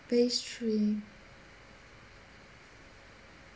phase three